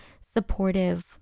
supportive